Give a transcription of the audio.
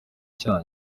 cyanyu